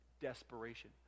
desperation